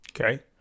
Okay